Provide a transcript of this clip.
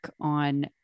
on